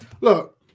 Look